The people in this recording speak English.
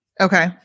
okay